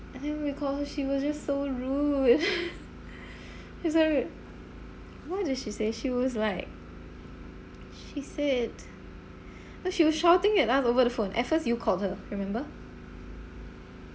and then we recalled she was just so rude it's like what did she say she was like she said no she was shouting at us over the phone at first you called her remember